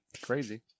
Crazy